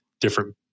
different